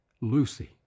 Lucy